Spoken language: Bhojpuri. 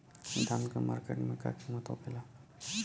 धान क मार्केट में का कीमत होखेला?